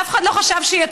אף אחד לא חשב שיצליחו,